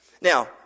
Now